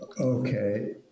Okay